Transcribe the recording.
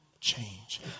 change